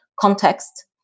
context